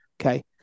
Okay